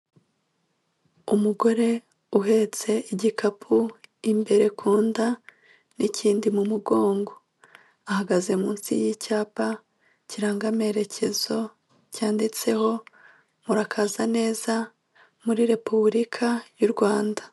Umugore uhetse igikapu imbere ku nda n'ikindi mu mugongo, ahagaze munsi y'icyapa kiranga amerekezo cyanditseho, murakaza neza muri Repubulika y'u Rwanda.